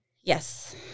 Yes